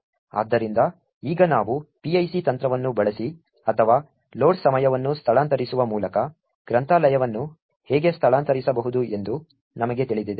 ಆದ್ದರಿಂದ ಈಗ ನಾವು PIC ತಂತ್ರವನ್ನು ಬಳಸಿ ಅಥವಾ ಲೋಡ್ ಸಮಯವನ್ನು ಸ್ಥಳಾಂತರಿಸುವ ಮೂಲಕ ಗ್ರಂಥಾಲಯವನ್ನು ಹೇಗೆ ಸ್ಥಳಾಂತರಿಸಬಹುದು ಎಂದು ನಮಗೆ ತಿಳಿದಿದೆ